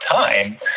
time